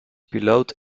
piloot